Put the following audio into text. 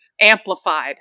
amplified